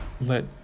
let